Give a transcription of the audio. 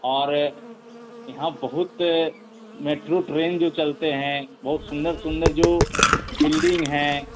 और यहाँ बहुत मेट्रो ट्रेन जो चलते हैं बहुत सुंदर सुंदर जो बिल्डिंग हैं